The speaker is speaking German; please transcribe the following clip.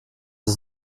ist